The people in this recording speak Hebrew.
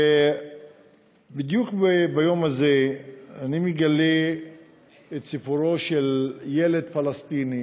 ובדיוק ביום הזה אני מגלה את סיפורו של ילד פלסטיני